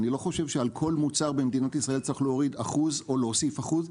אני לא חושב שעל כל מוצר במדינת ישראל צריך להוריד 1% או להוסיף 1%,